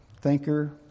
thinker